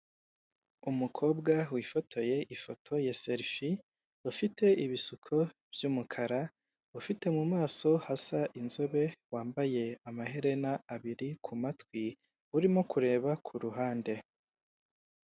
Umukobwa wifotoye ifoto ya serifi ufite ibisuko by'umukara, ufite mu maso hasa inzobe, wambaye amaherena abiri ku matwi, urimo kureba ku ruhande.